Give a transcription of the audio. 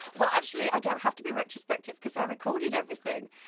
well actually i don't have to be retrospective because i recorded everything.